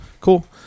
Cool